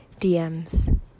DMs